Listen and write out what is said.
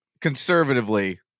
conservatively